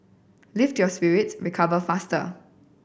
lift your spirits recover faster